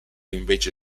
invece